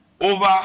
over